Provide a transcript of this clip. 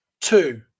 Two